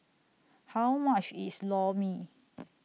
How much IS Lor Mee